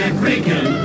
African